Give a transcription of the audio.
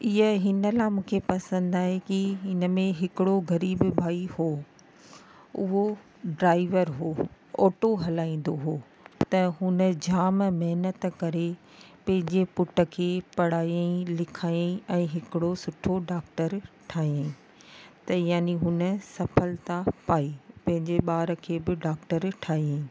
इहा हिन लाइ मूंखे पसंदि आहे की हिन में हिकिड़ो ग़रीबु भाई हुओ उहो ड्राइवर हुओ ऑटो हलाईंदो हुओ त हुन जामु महिनत करे पंहिंजे पुट खे पढ़ायईं लिखायईं ऐं हिकिड़ो सुठो डॉक्टर ठाहियईं त याने हुन सफलता पाई पंहिंजे ॿार खे बि डॉक्टर ठाहियईं